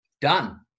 done